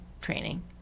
training